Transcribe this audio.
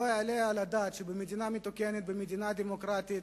לא יעלה על הדעת שבמדינה מתוקנת, במדינה דמוקרטית,